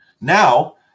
Now